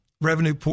Revenue